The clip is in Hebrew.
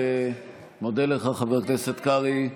חבר הכנסת קרעי,